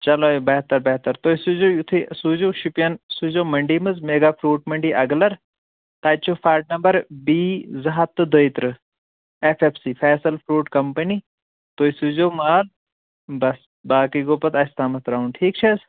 چلو بہتر بہتر تُہۍ سوٗزیوٗ یُتھُے سوٗزیو شُپین سوٗزۍ زیٚو مٔنٛڈۍ منٛز میگا فرٛوٗٹ مٔنٛڈی اگلر تَتہِ چھُ شڈ نمبر بی زٕ ہَتھ تہٕ دۄیہِ ترٕٛہ F F C Faisal fruit company تُہۍ سوٗزۍ زیٚو مال بس باقٕے گوٚو پتہٕ اَسہِ تام ترٛاوُن ٹھیٖک چھا حظ